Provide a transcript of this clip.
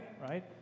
right